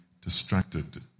distracted